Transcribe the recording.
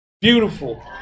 beautiful